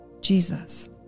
Jesus